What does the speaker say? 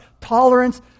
Tolerance